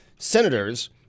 Senators